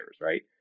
right